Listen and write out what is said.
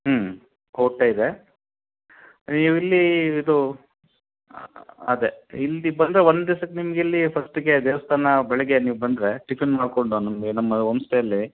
ಹ್ಞೂ ಕೋಟೆ ಇದೆ ನೀವು ಇಲ್ಲಿ ಇದು ಅದೆ ಇಲ್ಲಿ ಬಂದರೆ ಒಂದು ದಿವ್ಸಕ್ಕೆ ನಿಮ್ಗೆ ಇಲ್ಲಿ ಫಸ್ಟ್ಗೆ ದೇವಸ್ಥಾನ ಬೆಳಗ್ಗೆ ನೀವು ಬಂದರೆ ಟಿಫಿನ್ ಮಾಡ್ಕೊಂಡು ನಮಗೆ ನಮ್ಮ ಓಮ್ ಸ್ಟೇ ಅಲ್ಲೆ